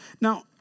Now